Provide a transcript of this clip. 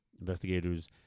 investigators